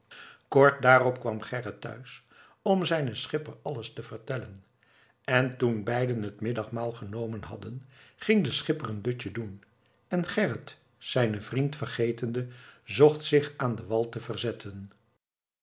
kort daarop kwam gerrit thuis om zijnen schipper alles te vertellen en toen beiden het middagmaal genomen hadden ging de schipper een dutje doen en gerrit zijnen vriend vergetende zocht zich aan den wal te verzetten